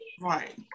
Right